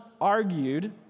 argued